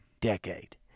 decade